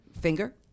finger